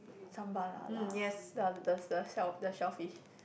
sambal la-la the the the the shellfish